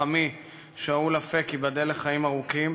חמי שאול אפק, ייבדל לחיים ארוכים,